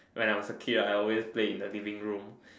when I was a kid I always play in the living room